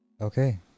Okay